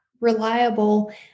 reliable